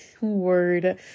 word